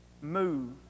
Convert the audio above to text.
move